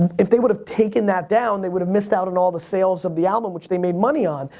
if they would've taken that down, they would've missed out on all the sales of the album which they made money on.